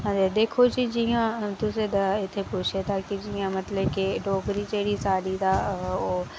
आ ते दिक्खो जी जियां तुसें इत्थै पुच्छे दा ऐ कि मतलब के डोगरी जेह्ड़ी साढ़ी तां ओह्